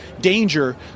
danger